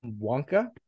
Wonka